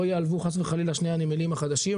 ייעלבו חס וחלילה שני הנמלים החדשים,